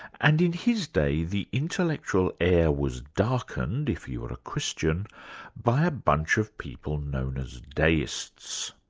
and in his day the intellectual air was darkened if you were a christian by a bunch of people known as deists.